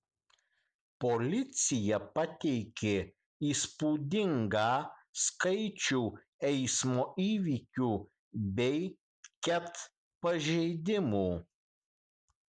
policija pateikė įspūdingą skaičių eismo įvykių bei ket pažeidimų